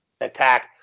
attack